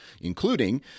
including